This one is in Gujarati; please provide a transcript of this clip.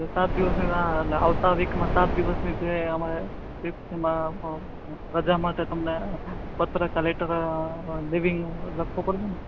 તો સાત દિવસની આવતા વીકમાં સાત દિવસની છે અમારે ફિફ્થમાં રજા માટે તમને પત્ર ક્યાં લેટર લિવિંગ લખવું પડશેને